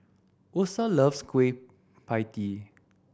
Osa loves Kueh Pie Tee